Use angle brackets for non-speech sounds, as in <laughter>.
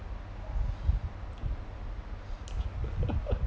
<noise> <laughs>